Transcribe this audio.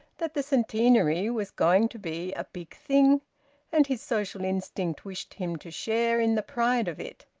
that the centenary was going to be a big thing and his social instinct wished him to share in the pride of it.